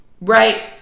right